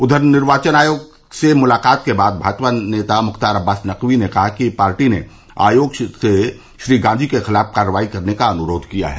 उधर निर्वाचन आयोग से मुलाकात के बाद भाजपा नेता मुख्तार अब्बास नकवी ने कहा कि पार्टी ने आयोग से श्री गांधी के खिलाफ कार्रवाई करने का अन्रोध किया है